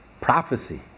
prophecy